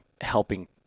helping